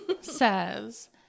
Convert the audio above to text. says